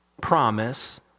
promise